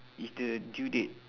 it's the due date